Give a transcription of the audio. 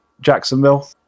Jacksonville